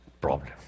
problem